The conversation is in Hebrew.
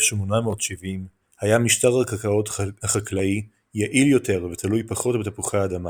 ב-1870 היה משטר הקרקעות החקלאי יעיל יותר ותלוי פחות בתפוחי האדמה,